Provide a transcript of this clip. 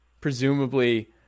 presumably